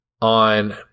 on